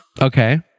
Okay